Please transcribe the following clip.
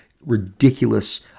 ridiculous